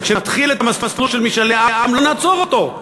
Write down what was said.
כשנתחיל את המסלול של משאלי העם לא נעצור אותו.